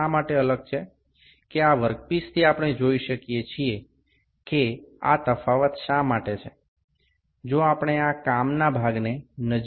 তো আমরা যে টুকরোটি দেখতে পাচ্ছি তাতে কেন এই তফাৎ কেন এই আলাদা আলাদা মান এই ত্রুটির কারণ কি